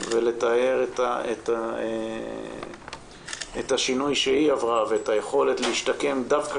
ולתאר את השינוי שהיא עברה ואת היכולת להשתקם דווקא